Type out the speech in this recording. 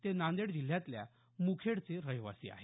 ते नांदेड जिल्ह्यातल्या मुखेडचे रहिवासी आहेत